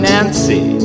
Nancy